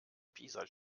pisa